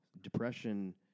Depression